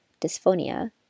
dysphonia